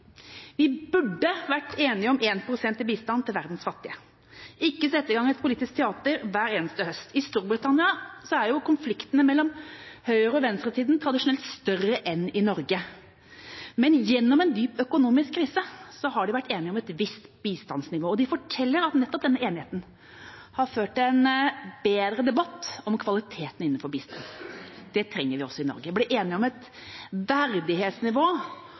Vi burde vært enige om én prosent i bistand til verdens fattige og ikke satt i gang et politisk teater hver høst. I Storbritannia er konfliktene mellom høyre- og venstresiden tradisjonelt større enn i Norge, men gjennom en dyp økonomisk krise har de vært enige om et visst bistandsnivå, og de forteller at nettopp denne enigheten har ført til en bedre debatt om kvaliteten innenfor bistand. Det trenger vi også i Norge – bli enige om et verdighetsnivå